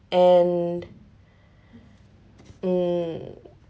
and mm